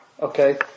okay